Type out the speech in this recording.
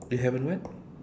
they haven't what